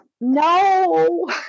No